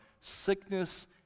sickness